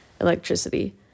electricity